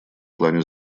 плане